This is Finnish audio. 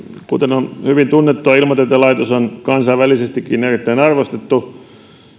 kuten on hyvin tunnettua ilmatieteen laitos on kansainvälisestikin erittäin arvostettu